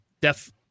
death